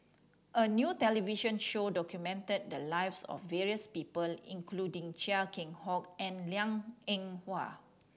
a new television show documented the lives of various people including Chia Keng Hock and Liang Eng Hwa